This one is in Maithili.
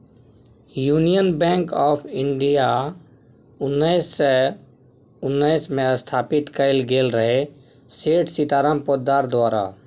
युनियन बैंक आँफ इंडिया उन्नैस सय उन्नैसमे स्थापित कएल गेल रहय सेठ सीताराम पोद्दार द्वारा